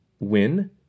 Win